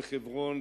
בחברון,